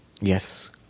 Yes